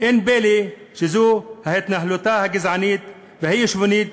אין פלא שזו התנהלותה הגזענית והאי-שוויונית